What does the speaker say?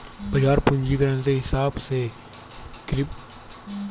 बाजार पूंजीकरण के हिसाब से पीरकॉइन चौथी सबसे बड़ी खनन योग्य क्रिप्टोकरेंसी है